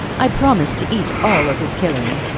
i promised to eat all of his killing.